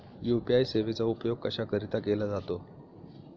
UPI सेवेचा उपयोग कशाकरीता केला जातो?